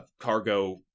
cargo